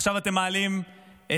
עכשיו אתם מעלים את